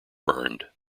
burned